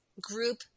group –